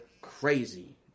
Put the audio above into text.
crazy